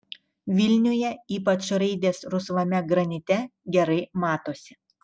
vilniuje ypač raidės rusvame granite gerai matosi